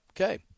Okay